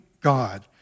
God